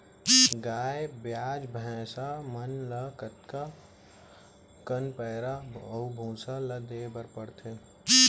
गाय ब्याज भैसा मन ल कतका कन पैरा अऊ भूसा ल देये बर पढ़थे?